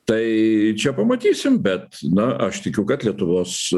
tai čia pamatysim bet na aš tikiu kad lietuvos